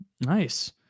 Nice